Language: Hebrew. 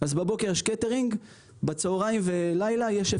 בבוקר יש קייטרינג,